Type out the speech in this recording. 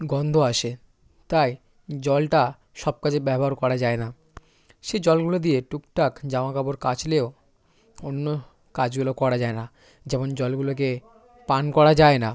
গন্ধ আসে তাই জলটা সব কাজে ব্যবহার করা যায় না সে জলগুলো দিয়ে টুকটাক জামা কাপড় কাচলেও অন্য কাজগুলো করা যায় না যেমন জলগুলোকে পান করা যায় না